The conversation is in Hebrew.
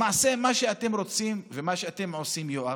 למעשה, מה שאתם רוצים ומה שאתם עושים, יואב,